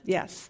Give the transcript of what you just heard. Yes